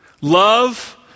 Love